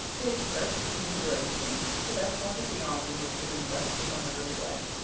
they expressed commiseration for that part of the army which had been left upon the river bank,